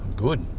good.